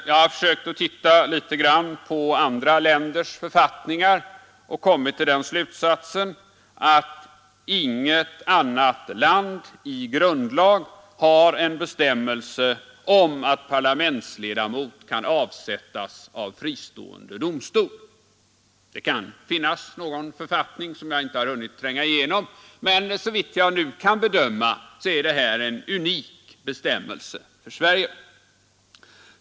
Jag har försökt se litet på andra länders författningar och kommit till den slutsatsen att inget annat land i grundlag har en bestämmelse om att parlamentsledamot kan avsättas av fristående domstol. Det kan finnas någon författning som jag inte har hunnit tränga igenom, men såvitt jag nu kan bedöma är det här en unik bestämmelse för Sverige.